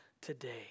today